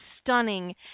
stunning